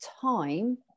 time